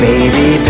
Baby